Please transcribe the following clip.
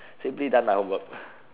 simply done my homework